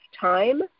time